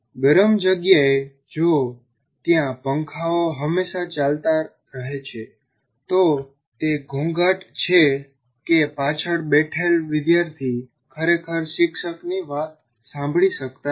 ગરમ જગ્યાએ જો ત્યાં પંખાઓ હંમેશાં ચાલતા રહે છે તો તે ઘોંઘાટ છે કે પાછળ બેઠલ વિદ્યાર્થી ખરેખર શિક્ષકની વાત સાંભળી શકતા નથી